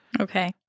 Okay